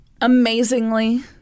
Amazingly